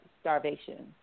starvation